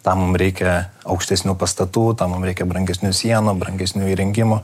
tam mum reikia aukštesnių pastatų tam mum reikia brangesnių sienų brangesnių įrengimų